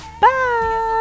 bye